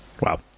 wow